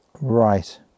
right